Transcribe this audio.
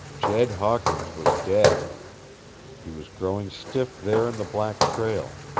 jed hawkins was dead he was growing stiff there in the black trail.